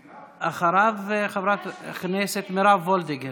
אחריו, חברת הכנסת מיכל וולדיגר.